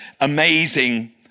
amazing